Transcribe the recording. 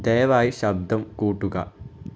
ദയവായി ശബ്ദം കൂട്ടുക